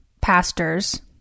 pastors